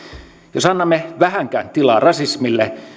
jos annamme vähänkään tilaa rasismille